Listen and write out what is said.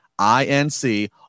INC